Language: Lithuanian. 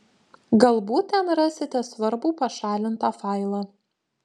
galbūt ten rasite svarbų pašalintą failą